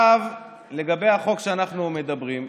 לגבי החוק שאנחנו מדברים עליו,